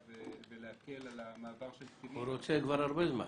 כדי להקל על המעבר של קטינים ---- הוא רוצה כבר הרבה זמן.